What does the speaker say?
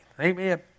Amen